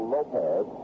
Lopez